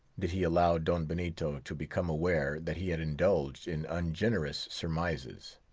did he allow don benito to become aware that he had indulged in ungenerous surmises.